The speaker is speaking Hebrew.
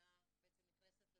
שמדינה נכנסת לתוכו,